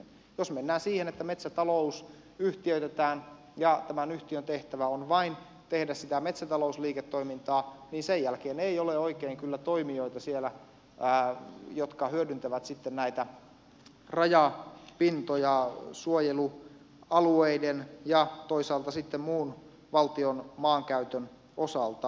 jos mennään siihen että metsätalous yhtiöitetään ja tämän yhtiön tehtävä on vain tehdä sitä metsätalousliiketoimintaa niin sen jälkeen siellä ei ole oikein kyllä toimijoita jotka hyödyntävät sitten näitä rajapintoja suojelualueiden ja toisaalta sitten muun valtion maankäytön osalta